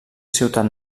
ciutat